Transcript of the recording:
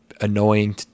annoying